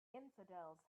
infidels